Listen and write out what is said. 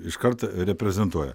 iškart reprezentuoja